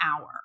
hour